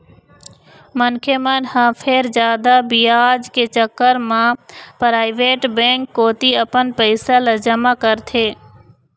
मनखे मन ह फेर जादा बियाज के चक्कर म पराइवेट बेंक कोती अपन पइसा ल जमा करथे